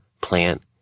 plant